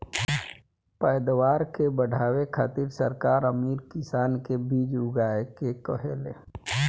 पैदावार के बढ़ावे खातिर सरकार अमीर किसान के बीज उगाए के कहेले